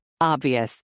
Obvious